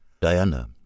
Diana